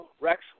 Rex